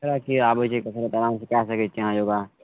आबय छै कखनो तऽ आरामसँ कए सकय छी अहाँ योगा